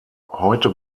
heute